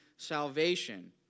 salvation